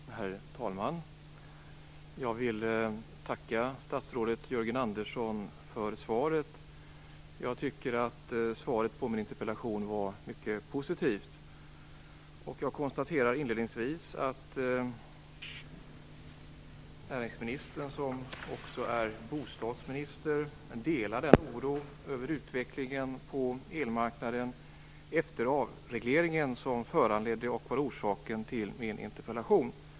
Herr talman! Jag vill tacka statsrådet Jörgen Andersson för svaret. Jag tycker att svaret på min interpellation var mycket positivt. Jag konstaterar inledningsvis att näringsministern, som också är bostadsminister, delar den oro över utvecklingen på elmarknaden efter avregleringen som föranledde och var orsaken till min interpellation.